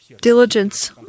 diligence